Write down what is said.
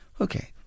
Okay